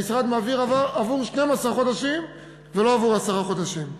המשרד מעביר עבור 12 חודשים ולא עבור עשרה חודשים.